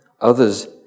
others